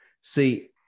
See